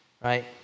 Right